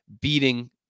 beating